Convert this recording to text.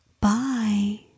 Bye